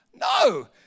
No